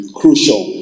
crucial